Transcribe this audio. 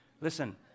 Listen